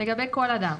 לגבי כל אדם,